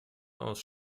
aus